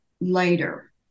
later